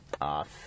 off